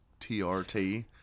TRT